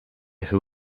who